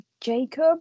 Jacob